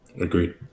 Agreed